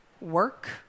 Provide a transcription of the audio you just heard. work